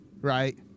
right